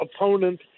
opponent